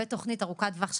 ותוכנית ארוכת-טווח,